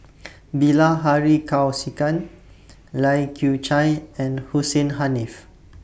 Bilahari Kausikan Lai Kew Chai and Hussein Haniff